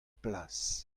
plas